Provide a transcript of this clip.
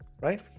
right